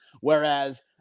whereas